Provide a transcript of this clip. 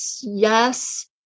yes